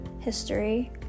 history